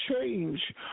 change